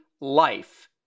life